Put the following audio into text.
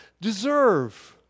deserve